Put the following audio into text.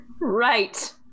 Right